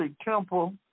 Temple